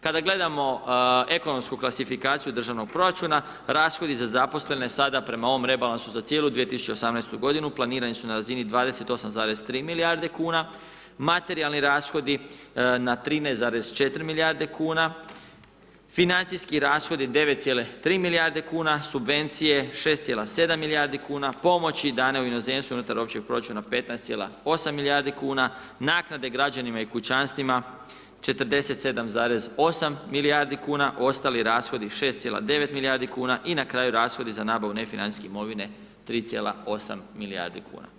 Kada gledamo ekonomsku klasifikaciju državnog proračuna, rashodi za zaposlene, sada prema ovom rebalansu za cijelu ovu 2018. g. planirani su na razini 28,3 milijarde kn, materijalni rashodi na 13,4 milijarde kn, financijski rashodi 9,3 milijarde kn, subvencije 6,7 milijardi kn, pomoć dane u inozemstvu unutar općeg proračuna 15,8 milijarde kn, naknade građanima i kućanstvima 47,8 milijarde kn, ostali rashodi, 6,9 milijardi kn i na kraju rashodi za nabavu nefinancijske imovine 3,8 milijardi kn.